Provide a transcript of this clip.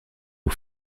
aux